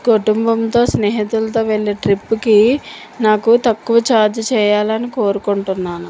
కుటుంబంతో స్నేహితులతో వెళ్ళే ట్రిప్కి నాకు తక్కువ ఛార్జ్ చేయాలని కోరుకుంటున్నాను